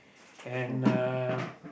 and uh